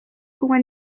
kunywa